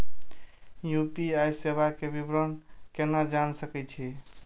UPI सेवा के विवरण केना जान सके छी?